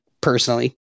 personally